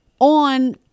on